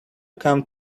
came